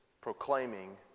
proclaiming